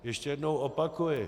Ještě jednou opakuji.